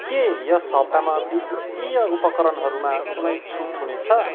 के यस हप्तामा विद्युतीय उपकरणहरूमा कुनै छुट हुनेछ